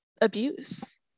abuse